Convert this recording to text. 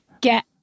get